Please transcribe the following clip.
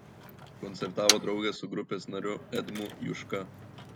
koncertavo drauge su grupės nariu edmu juška